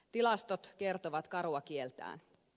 tilastot kertovat karua kieltään